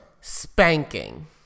spanking